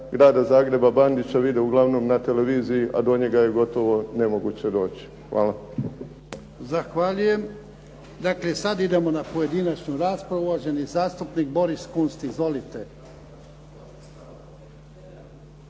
Zahvaljujem. Dakle, sada idemo na pojedinačnu raspravu. Uvaženi zastupnik Boris Kunst. Izvolite.